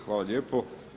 Hvala lijepo.